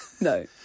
no